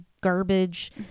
garbage